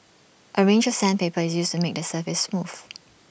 A range of sandpaper is used to made the surface smooth